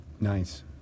nice